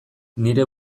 nire